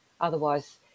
Otherwise